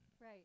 right